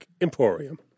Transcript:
Emporium